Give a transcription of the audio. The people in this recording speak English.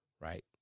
right